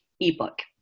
ebook